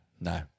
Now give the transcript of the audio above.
no